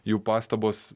jų pastabos